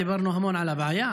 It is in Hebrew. דיברנו המון על הבעיה,